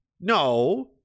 No